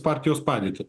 partijos padėtį